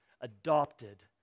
adopted